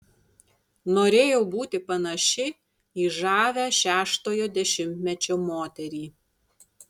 norėjau būti panaši į žavią šeštojo dešimtmečio moterį